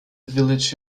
village